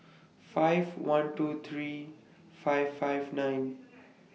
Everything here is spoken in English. five one two three five five nine